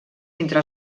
entre